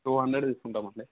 two hundred తీసుకుంటామండి